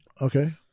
okay